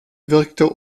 wirkte